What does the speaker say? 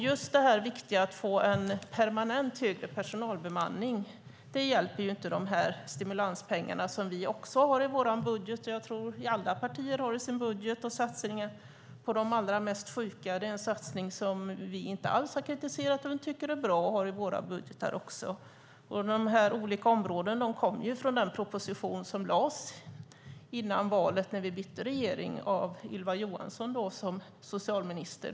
Just för det viktiga att få en permanent högre personalbemanning hjälper inte de här stimulanspengarna, som vi också har i vår budget och som jag tror att vi alla partier har i våra budgetar. Och satsningen på de allra mest sjuka är en satsning som vi inte alls har kritiserat utan tycker är bra och också har i våra budgetar. De olika områdena kommer ju från propositionen som lades fram före valet, när vi bytte regeringen, av Ylva Johansson som socialminister.